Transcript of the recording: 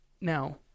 now